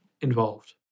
involved